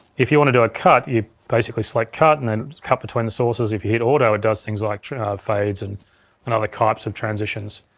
if you want to do a cut, you basically select cut and then and cut between the sources. if you hit auto it does things like fades and and other types of transitions.